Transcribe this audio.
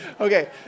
Okay